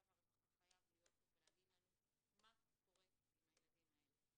והרווחה חייב להיות כאן ולומר לנו מה קורה עם הילדים האלה.